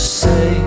say